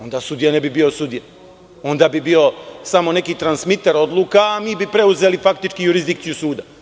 Onda sudija ne bi bio sudija, onda bi bio samo neki transmiter odluka, a mi bi preuzeli faktički jurisdikciju suda.